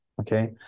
okay